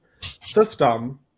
system